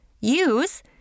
Use